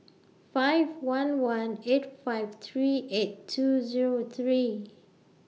five one one eight five three eight two Zero three